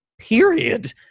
period